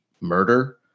murder